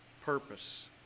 purpose